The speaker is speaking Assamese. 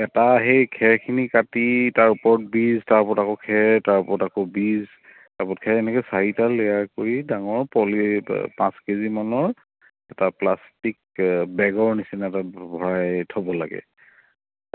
এটা সেই খেৰখিনি কাটি তাৰ ওপৰত দি তাৰ ওপৰত আকৌ খেৰ তাৰ ওপৰত আকৌ বীজ তাৰ ওপৰত খেৰ এনেকৈ চাৰিটা লেয়াৰ কৰি ডাঙৰ পলী পাঁচ কেজিমানৰ এটা প্লাষ্টিক বেগৰ নিচিনা তাত ভৰাই থ'ব লাগে